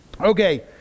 Okay